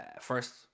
first